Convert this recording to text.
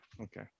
okay